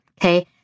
Okay